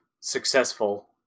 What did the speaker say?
successful